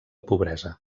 pobresa